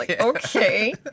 okay